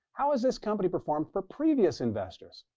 how has this company performed for previous investors?